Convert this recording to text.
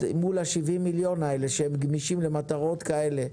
מול ה-70 מיליון האלה שהם גמישים למטרות כאלה,